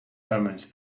omens